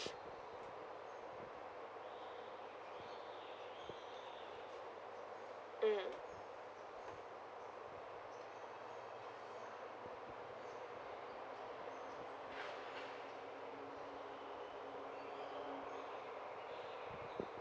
mm